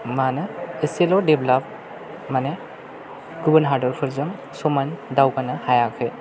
माने एसेल' डेबलप माने गुबुन हादरफोरजों समान दावगानो हायाखै